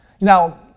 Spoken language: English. Now